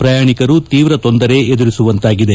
ಪ್ರಯಾಣಿಕರು ತೀವ್ರ ತೊಂದರೆ ಎದುರಿಸುವಂತಾಗಿದೆ